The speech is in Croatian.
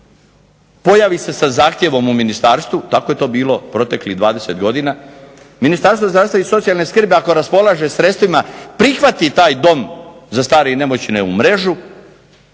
pojavi se sa zahtjevom u ministarstvu, tako je to bilo proteklih 20 godina, Ministarstvo zdravstva i socijalne skrbi ako raspolaže sredstvima prihvati taj dom za stare i nemoćne u mrežu,